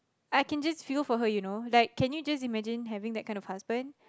I can just feel for her you know like can you just imagine having that kind of husband